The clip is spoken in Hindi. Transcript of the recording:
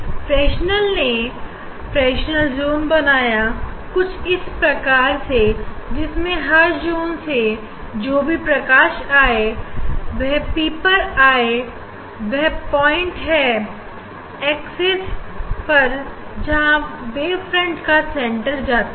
फ़्लैश मिलने फ्रेसनेल जोन बनाया कुछ इस प्रकार जिसमें हर जून से जो भी प्रकाश आए वह पीपर आए वह पॉइंट है एक्सेस पर जहां वेवफ्रंट का सेंटर जाता है